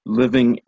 living